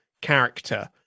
character